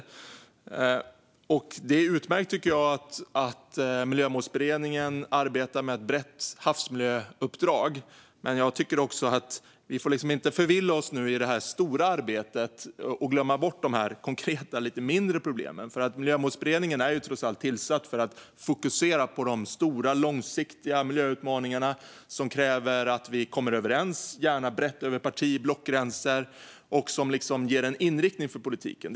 Jag tycker att det är utmärkt att Miljömålsberedningen arbetar med ett brett havsmiljöuppdrag, men vi får liksom inte förvilla oss i det stora arbetet och glömma bort de konkreta, lite mindre problemen. Miljömålsberedningen är trots allt tillsatt för att fokusera på de stora, långsiktiga miljöutmaningarna som kräver att vi kommer överens, gärna brett över parti och blockgränser, och som ger en inriktning för politiken.